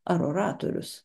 ar oratorius